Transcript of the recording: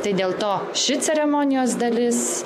tai dėl to ši ceremonijos dalis